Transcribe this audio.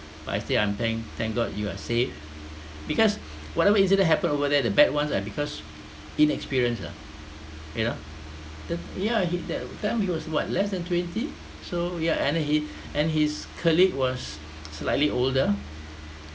but I say I'm thank thank god you are safe because whatever is it that happen over there the bad ones ah because inexperience ah you know the yeah he that then he was what less than twenty so yeah and he and his colleague was slightly older